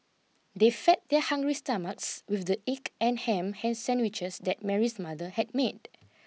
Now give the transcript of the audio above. they fed their hungry stomachs with the egg and ham ham sandwiches that Mary's mother had made